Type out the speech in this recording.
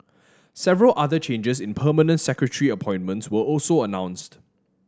several other changes in permanent secretary appointments were also announced